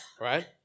right